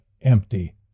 empty